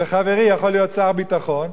וחברי יכול להיות שר הביטחון,